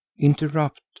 interrupt